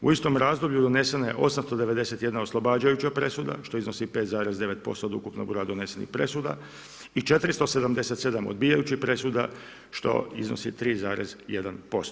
U istom razdoblju donesena je 891 oslobađajuća presuda, što iznosi 5,9% od ukupnog broja donesenih presuda i 477 odbijajućih presuda, što iznosi 3,1%